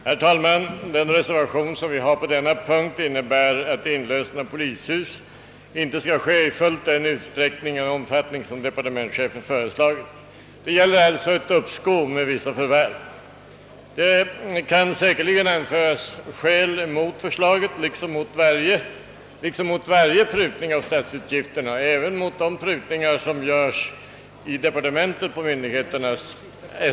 Herr talman! I den reservation som föreligger under denna punkt föreslås att inlösen av polishus inte skall ske fullt i den omfattning som departementschefen tänkt sig. Man vill alltså ha uppskov med vissa förvärv. Det kan säkerligen anföras skäl mot detta förslag liksom mot varje prutning av statsutgifterna även mot de prutningar av myndigheternas äskanden som görs i departementen.